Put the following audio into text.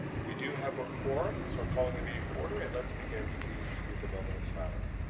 we do have a quorum, so i'm calling the meeting to order, and let's begin please with a moment of silence.